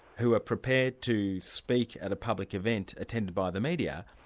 who are prepared to speak at a public event attended by the media,